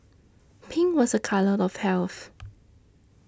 pink was a colour of health